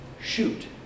shoot